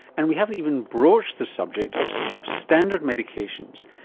and we haven't even broached the subject of substandard medications,